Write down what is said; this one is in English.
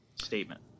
statement